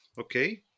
okay